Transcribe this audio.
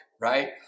right